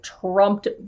trumped